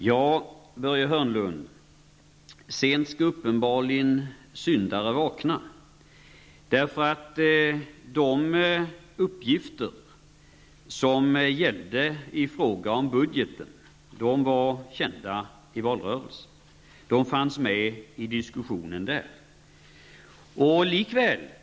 Herr talman! Sent skall syndaren uppenbarligen vakna, Börje Hörnlund. De uppgifter som gällde i fråga om budgeten var kända i valrörelsen och fanns med i valdebatten.